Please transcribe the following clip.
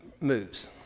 moves